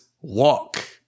walk